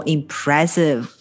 Impressive